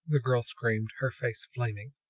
the girl screamed, her face flaming.